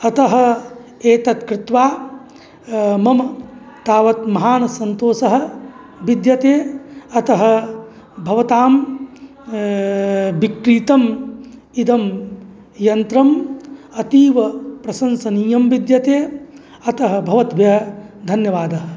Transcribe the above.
अतः एतद् क्रीत्वा मम तावत् महान् सन्तोषः विद्यते अतः भवतां विक्रीतं इदं यन्त्रं अतीवप्रशंसनीयं विद्यते अतः भवद्भ्यः धन्यवादः